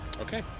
Okay